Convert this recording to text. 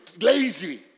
lazy